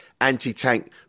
anti-tank